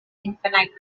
infinite